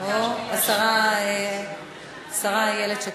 או השרה איילת שקד.